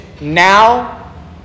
now